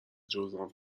جذام